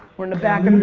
we're in the back.